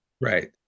Right